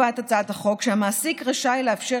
הצעת החוק קובעת שהמעסיק רשאי לאפשר